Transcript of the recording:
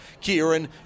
Kieran